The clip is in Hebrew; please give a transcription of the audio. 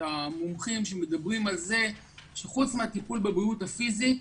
המומחים שמדברים על זה שחוץ מהטיפול בבריאות הפיזית,